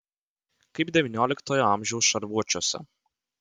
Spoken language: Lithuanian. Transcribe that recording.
kaip devynioliktojo amžiaus šarvuočiuose